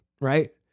Right